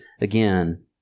again